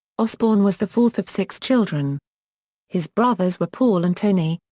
osbourne was the fourth of six children his brothers were paul and tony,